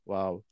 Wow